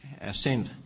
assent